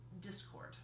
discord